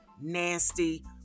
nasty